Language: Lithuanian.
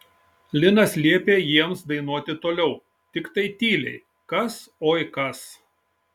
linas liepė jiems dainuoti toliau tiktai tyliai kas oi kas